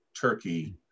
Turkey